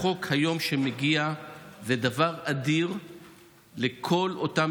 החוק שמגיע היום זה דבר אדיר לכל אותם